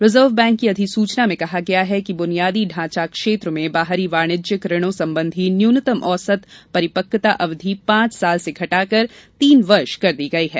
reserve bank की अधिसूचना में कहा गया है कि बुनियादी ढांचा क्षेत्र में बाहरी वाणिज्यिक ऋणों संबंधी न्यूनतम औसत परिपक्वता अवधि पांच साल से घटाकर तीन वर्ष कर दी गई है